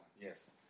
yes